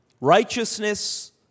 righteousness